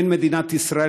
אין מדינת ישראל,